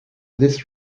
this